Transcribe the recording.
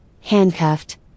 handcuffed